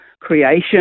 Creation